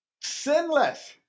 sinless